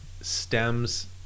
stems